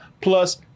plus